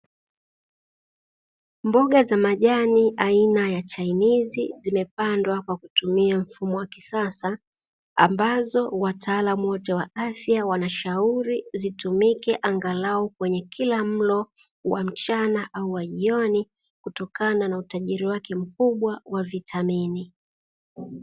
Mboga za majani aina ya chainizi zimepandwa kwa kutumia mfumo wa kisasa, ambazo wataalamu wote wa afya wanashauri zitumike angalau kwenye kila mlo wa mchana au wa jioni kutokana na utajiri wake mkubwa wa vitamini.